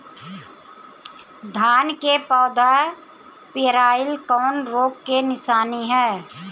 धान के पौधा पियराईल कौन रोग के निशानि ह?